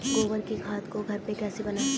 गोबर की खाद को घर पर कैसे बनाएँ?